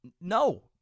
No